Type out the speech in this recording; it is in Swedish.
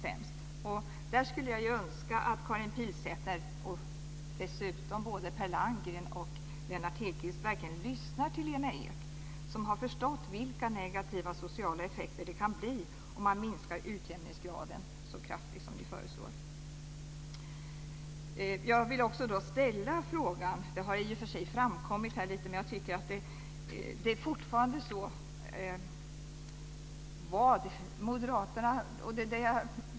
I fråga om detta skulle jag önska att Karin Pilsäter, och även både Per Landgren och Lennart Hedquist, verkligen lyssnar till Lena Ek som har förstått vilka negativa sociala effekter det kan bli om man minskar utjämningsgraden så kraftigt som ni föreslår.